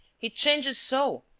he changes so!